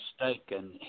mistaken